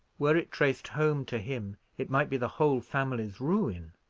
were it traced home to him, it might be the whole family's ruin,